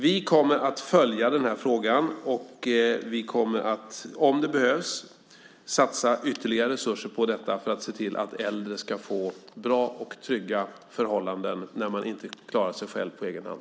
Vi kommer att följa den här frågan och om det behövs satsa ytterligare resurser på detta för att se till att äldre ska få bra och trygga förhållanden när de inte klarar sig själva på egen hand.